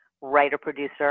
writer-producer